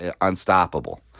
unstoppable